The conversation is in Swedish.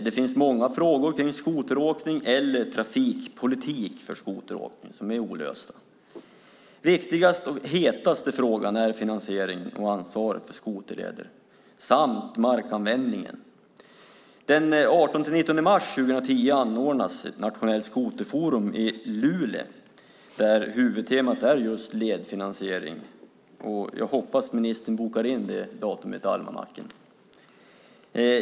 Det finns många frågor kring skoteråkning eller trafikpolitik för skoteråkning som är olösta. Den viktigaste och hetaste frågan är finansiering och ansvar för skoterleder samt markanvändningen. Den 18 och 19 mars 2010 anordnas ett nationellt skoterforum i Luleå, där huvudtemat är just ledfinansiering. Jag hoppas att ministern bokar in detta datum i almanackan.